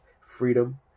freedom